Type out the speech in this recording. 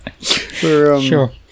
Sure